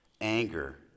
Anger